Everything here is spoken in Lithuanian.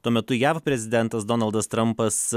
tuo metu jav prezidentas donaldas trampas